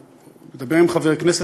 הוא דיבר עם חבר כנסת,